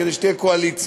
כדי שתהיה קואליציה.